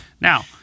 Now